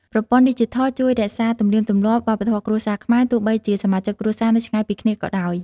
ប្រព័ន្ធឌីជីថលជួយរក្សាទំនៀមទម្លាប់ វប្បធម៌គ្រួសារខ្មែរ ទោះបីជាសមាជិកគ្រួសារនៅឆ្ងាយពីគ្នាក៏ដោយ។